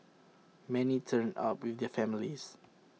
many turned up with their families